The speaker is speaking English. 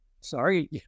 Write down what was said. Sorry